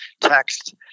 text